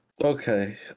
Okay